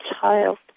child